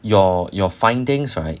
your your findings right